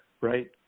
right